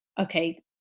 okay